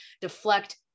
deflect